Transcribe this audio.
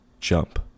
Jump